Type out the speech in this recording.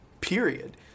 Period